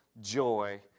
joy